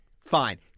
Fine